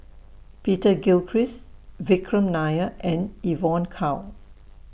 Peter Gilchrist Vikram Nair and Evon Kow